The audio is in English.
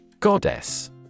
Goddess